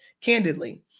candidly